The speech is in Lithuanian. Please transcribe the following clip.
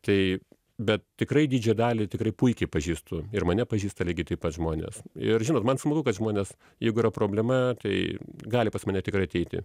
tai bet tikrai didžią dalį tikrai puikiai pažįstu ir mane pažįsta lygiai taip pat žmonės ir žinot man smagu kad žmonės jeigu yra problema tai gali pas mane tikrai ateiti